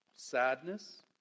Sadness